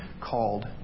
called